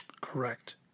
Correct